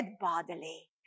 bodily